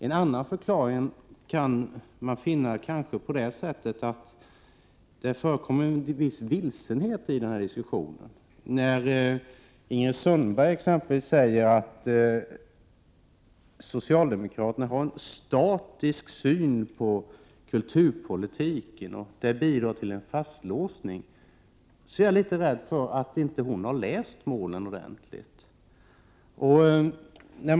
En annan förklaring är kanske att det finns en viss vilsenhet i denna diskussion. Ingrid Sundberg t.ex. säger att socialdemokraterna har en statisk syn på kulturpolitiken och att det bidrar till en fastlåsning. Men jag misstänker att hon inte ordentligt har läst vad som sägs om de här målen.